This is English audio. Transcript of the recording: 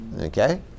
Okay